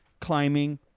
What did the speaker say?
climbing